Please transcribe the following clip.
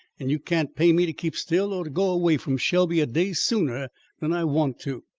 and you can't pay me to keep still, or to go away from shelby a day sooner than i want to.